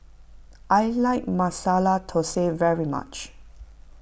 I like Masala Thosai very much